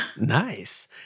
Nice